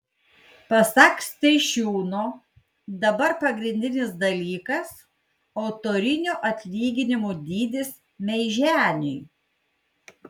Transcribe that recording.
pasak steišiūno dabar pagrindinis dalykas autorinio atlyginimo dydis meiženiui